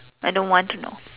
I don't want to know